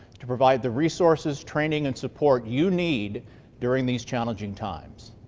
to provide the resources training and support you need during these challenging times.